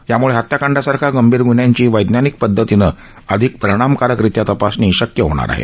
यामुळे हत्याकांडासारख्या गंभीर गृन्हयांची वैज्ञानिक पदधतीनं अधिक परिणामकारक रित्या तपासणी शक्य होणार आहे